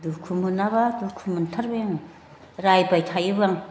दुखु मोनाबा दुखु मोनथारबाय आङो रायबाय थायोबो आं